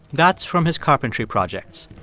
that's from his carpentry projects.